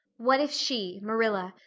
what if she, marilla,